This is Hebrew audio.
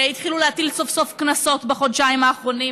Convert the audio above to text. התחילו להטיל סוף-סוף קנסות בחודשיים האחרונים,